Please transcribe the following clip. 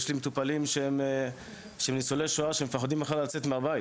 יש לי מטופלים ניצולי שואה שפוחדים לצאת מהבית